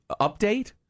update